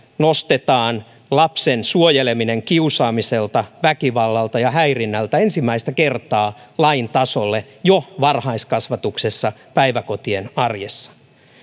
nostetaan lapsen suojeleminen kiusaamiselta väkivallalta ja häirinnältä ensimmäistä kertaa lain tasolle jo varhaiskasvatuksessa päiväkotien arjessa